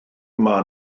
mae